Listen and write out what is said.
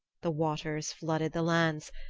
the waters flooded the lands,